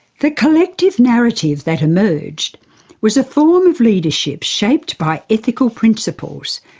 the collective narrative that emerged was a form of leadership shaped by ethical principles,